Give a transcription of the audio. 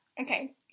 Okay